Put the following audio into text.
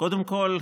קודם כול,